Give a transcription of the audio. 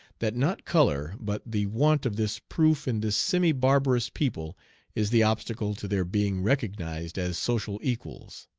that not color but the want of this proof in this semi-barbarous people is the obstacle to their being recognized as social equals.